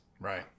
right